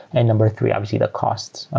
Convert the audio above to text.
and number three, obviously the costs,